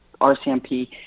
RCMP